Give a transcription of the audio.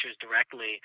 directly